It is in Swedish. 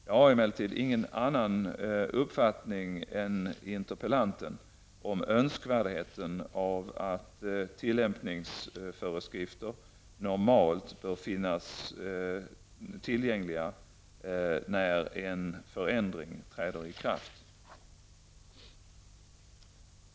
Jag har emellertid ingen annan uppfattning än interpellanten om önskvärdheten av att tillämpningsföreskrifter normalt bör finnas tillgängliga när en förändring träder i kraft.